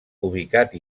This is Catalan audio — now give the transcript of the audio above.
ubicat